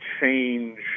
change